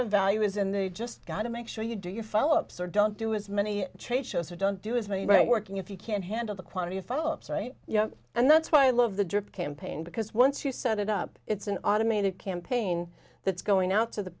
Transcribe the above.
of value is in the you just gotta make sure you do your follow ups or don't do as many trade shows or don't do as many write working if you can't handle the quantity of follow ups right you know and that's why i love the drip campaign because once you set it up it's an automated campaign that's going out to the